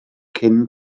cyn